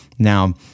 Now